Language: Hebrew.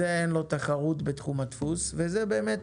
לזה אין תחרות בתחום הדפוס, וזה באמת